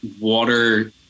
water